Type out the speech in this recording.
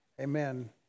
Amen